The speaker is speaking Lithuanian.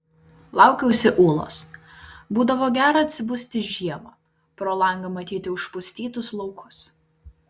laukiausi ūlos būdavo gera atsibusti žiemą pro langą matyti užpustytus laukus